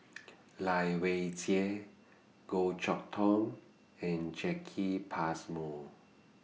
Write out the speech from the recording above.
Lai Weijie Goh Chok Tong and Jacki Passmore